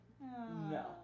No